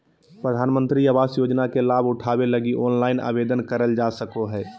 प्रधानमंत्री आवास योजना के लाभ उठावे लगी ऑनलाइन आवेदन करल जा सको हय